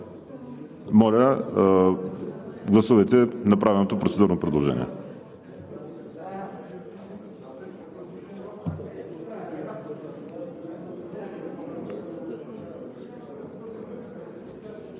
Моля гласувайте направеното процедурно предложение.